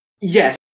Yes